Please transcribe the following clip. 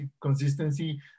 consistency